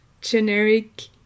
generic